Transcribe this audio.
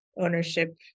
ownership